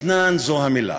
אתנן זו המילה.